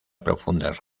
profundas